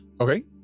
Okay